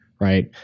right